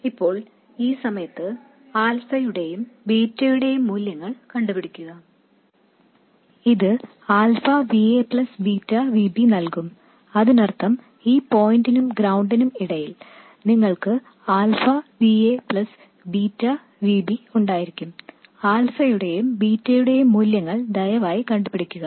ഇപ്പോൾ ഈ സമയത്ത് ആൽഫയുടെയും ബീറ്റയുടെയും മൂല്യങ്ങൾ കണ്ടുപിടിക്കുക ഇത് alpha Va plus beta Vb നൽകും അതിനർത്ഥം ഈ പോയിന്റിനും ഗ്രൌണ്ടിനും ഇടയിൽ നിങ്ങൾക്ക് alpha Va plus beta Vb ഉണ്ടായിരിക്കും ആൽഫയുടെയും ബീറ്റയുടെയും മൂല്യങ്ങൾ ദയവായി കണ്ടുപിടിക്കുക